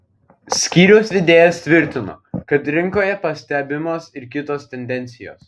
skyriaus vedėjas tvirtino kad rinkoje pastebimos ir kitos tendencijos